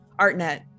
ArtNet